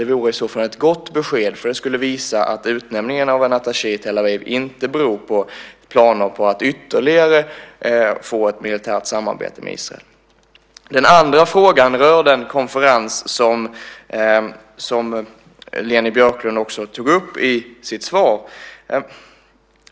Det vore i så fall ett gott besked, för det skulle visa att utnämningen av en attaché i Tel Aviv inte beror på planer på att få ytterligare ett militärt samarbete med Israel. Den andra frågan rör den konferens som Leni Björklund också tog upp i sitt svar.